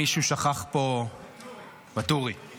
אני רוצה להסביר, חבר הכנסת ואטורי, כי